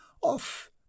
off